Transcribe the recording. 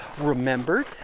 remembered